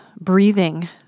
breathing